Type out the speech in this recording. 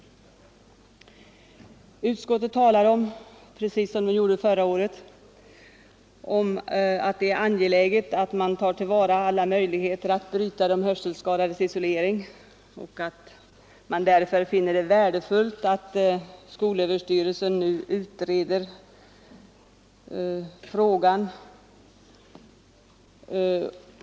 Utskottet säger — precis som man gjorde förra året — att det är ”angeläget att man tar till vara alla möjligheter att bryta de hörselskadades isolering” och att man därför finner det värdefullt att skolöverstyrelsen nu utreder frågan.